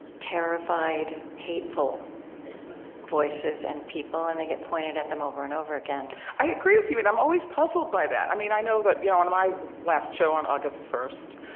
terrified, hateful voices and people, and they get pointed at them over and over again i agree with you. and i'm always puzzled by that. i mean, i know that, you know, when my last show on august first,